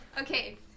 Okay